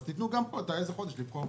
תנו גם פה לבחור איזה חודש להשוות,